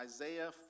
Isaiah